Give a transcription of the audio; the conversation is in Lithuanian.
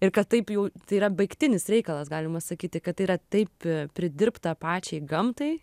ir kad taip jau yra baigtinis reikalas galima sakyti kad yra taip pridirbta pačiai gamtai